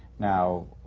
now,